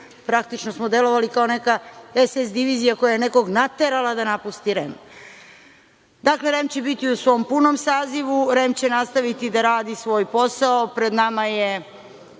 Praktično smo delovali kao neka SS divizija koja je nekog naterala da napusti REM.Dakle, REM će biti u svom punom sazivu, REM će nastaviti da radi svoj posao, pred nama je